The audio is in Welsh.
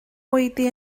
oedi